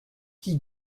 qui